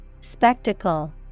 Spectacle